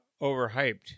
overhyped